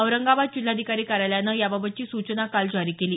औरंगाबाद जिल्हाधिकारी कार्यालयानं याबाबतची सूचना काल जारी केली